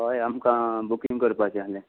हय आमकां बुकींग करपाचें आहलें